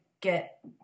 get